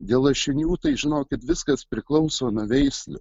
dėl lašinių tai žinokit viskas priklauso nuo veislių